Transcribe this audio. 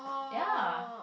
ya